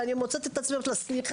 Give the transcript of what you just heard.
ואני מוצאת את עצמי אומרת לה: ״סליחה?